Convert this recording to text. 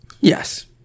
Yes